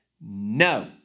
No